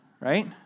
Right